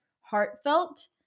heartfelt